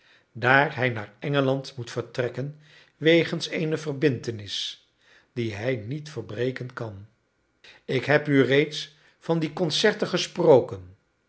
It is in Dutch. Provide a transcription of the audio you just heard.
daar hij naar engeland moet vertrekken wegens eene verbintenis die hij niet verbreken kan ik heb u reeds van die concerten gesproken